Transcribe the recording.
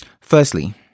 Firstly